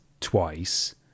twice